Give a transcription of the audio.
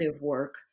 work